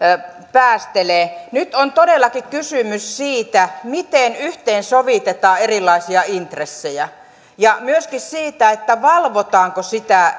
päästelee nyt on todellakin kysymys siitä miten yhteensovitetaan erilaisia intressejä ja myöskin siitä valvotaanko sitä